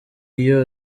iyo